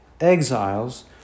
exiles